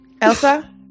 elsa